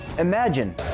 Imagine